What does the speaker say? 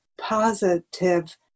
positive